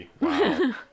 Wow